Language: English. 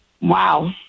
Wow